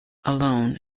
alone